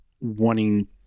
wanting